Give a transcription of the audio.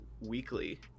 weekly